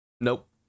Nope